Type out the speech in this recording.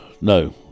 No